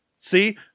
See